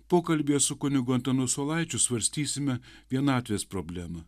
pokalbyje su kunigu antanu saulaičiu svarstysime vienatvės problemą